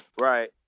Right